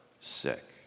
sick